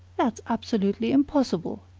that's absolutely impossible!